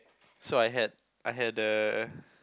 so I had I had a